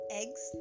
eggs